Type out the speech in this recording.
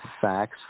facts